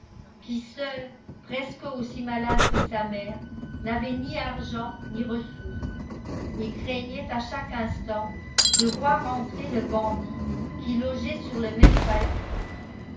qui seule presque aussi malade que sa mère n'avait ni argent ni ressources et craignait à chaque instant de voir entrer le bandit qui logeait sur le même palier